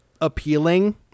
appealing